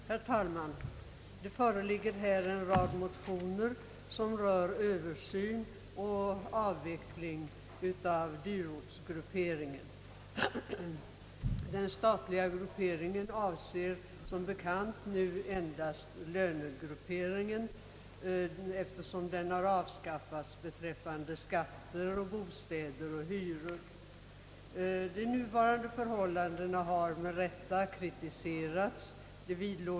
Herr talman! Det föreligger här en rad motioner som rör översyn och avveckling av dyrortsgrupperingen. Den statliga grupperingen avser som bekant numera endast löner, eftersom den har avskaffats beträffande skatter och hyror. De nuvarande förhållandena har med rätta kritiserats.